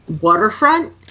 waterfront